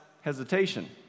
hesitation